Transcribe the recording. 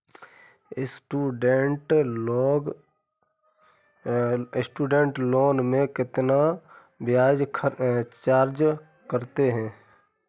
Student loan में कितना ब्याज चार्ज करते हैं?